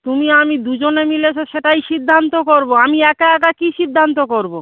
তুমি আমি দুজনে মিলে তো সেটাই সিদ্ধান্ত করবো আমি একা একা কী সিদ্ধান্ত করবো